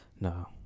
No